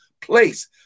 place